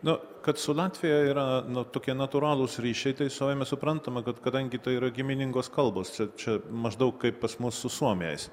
na kad su latvija yra nutukę natūralūs ryšiai tai savaime suprantama kad kadangi tai yra giminingos kalbos čia čia maždaug kaip pas mus su suomiais